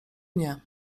nie